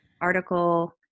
article